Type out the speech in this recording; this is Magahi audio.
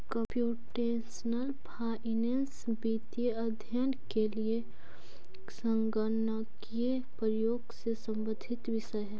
कंप्यूटेशनल फाइनेंस वित्तीय अध्ययन के लिए संगणकीय प्रयोग से संबंधित विषय है